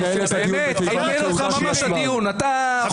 באמת עניין אותך ממש הדיון --- האיש והדיון...